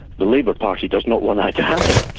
the labour party does not want that to happen.